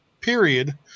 period